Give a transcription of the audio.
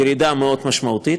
ירידה מאוד משמעותית,